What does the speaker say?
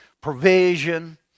provision